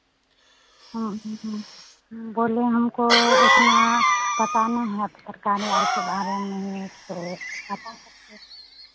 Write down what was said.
हाँ हाँ हाँ बोले हमको उतना पता नहीं है सरकार और के बार में तो आप पता करके